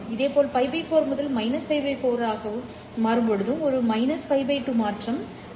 இதேபோல் π 4 முதல் π 4 ஒரு π 2 மாற்றம் உரிமையைக் குறிக்கும்